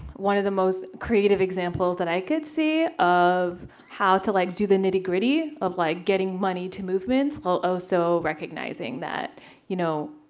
one of the most creative examples that i could see of how to like do do the nitty gritty of like getting money to movements, while also recognizing that you know